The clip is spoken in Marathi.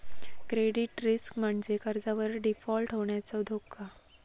क्रेडिट रिस्क म्हणजे कर्जावर डिफॉल्ट होण्याचो धोका